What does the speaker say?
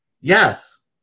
yes